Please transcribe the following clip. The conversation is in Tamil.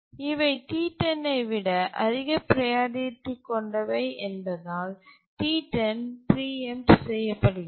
இவை T10 விட அதிக ப்ரையாரிட்டி கொண்டவை என்பதால் T10 பிரீஎம்ட் செய்யப்படுகிறது